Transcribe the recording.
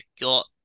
got